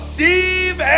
Steve